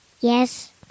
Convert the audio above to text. Yes